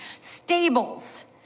stables